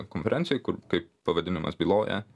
konferencijoj kur kaip pavadinimas byloja